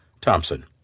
Thompson